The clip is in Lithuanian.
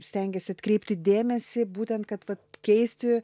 stengiasi atkreipti dėmesį būtent kad vat keisti